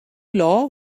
law